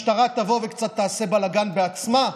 שהמשטרה תבוא וקצת תעשה בלגן בעצמה?